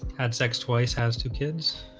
had sex twice has two kids.